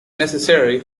necessary